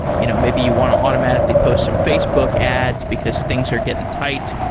you know maybe you want to automatically post some facebook ads because things are getting tight.